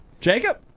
Jacob